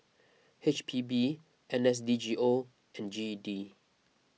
H P B N S D G O and G E D